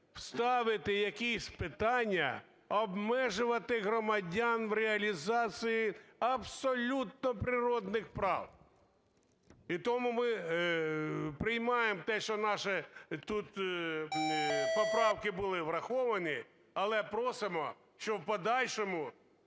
ставити якісь питання, обмежувати громадян в реалізації абсолютно природних прав. І тому ми приймаємо те, що наші тут поправки були враховані. Але просимо, щоб в подальшому